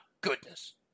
goodness